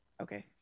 okay